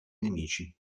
nemici